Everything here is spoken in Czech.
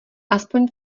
aspoň